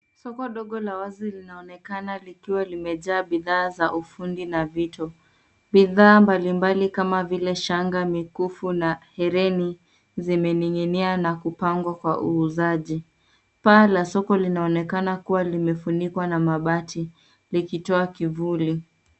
Soko dogo la wazi linaonekana likiwa limejaa bidhaa za ufungi na vitu. Bidhaa mbali mbali kama vile: shanga, mikufu na herini, zimening'inia na kupangwa kwa uuzaji. Paa la soko linaonekana kuwa limefunikwa na mabati, likitoa kivuli.